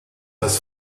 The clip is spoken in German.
das